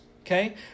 okay